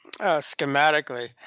schematically